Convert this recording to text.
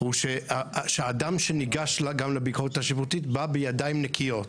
הוא שהאדם שניגש גם לביקורת השיפוטית בא בידיים נקיות,